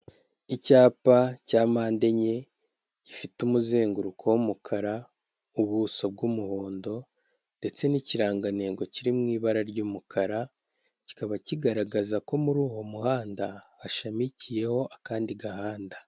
Icyapa cya mande enye gifite umuzenguruko w'umukara ubuso bw'umuhondo, ndetse n'ikirangantengo kiri mu ibara ry'umukara, kikaba kigaragaza ko muri uwo muhanda hashamikiyeho akandi gahanda.